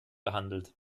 behandelt